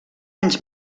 anys